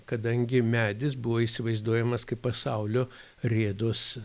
kadangi medis buvo įsivaizduojamas kaip pasaulio rėdos